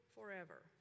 forever